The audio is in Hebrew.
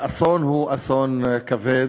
האסון הוא אסון כבד.